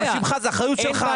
זו אחריות שלך.